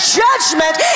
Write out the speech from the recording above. judgment